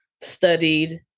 studied